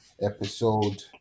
episode